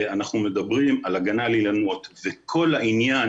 אנחנו מדברים על הגנה על אילנות וכל העניין